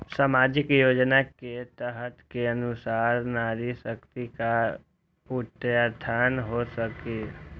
सामाजिक योजना के तहत के अनुशार नारी शकति का उत्थान हो सकील?